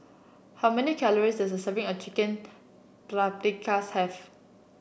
how many calories serving a Chicken Paprikas have